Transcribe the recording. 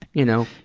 you know.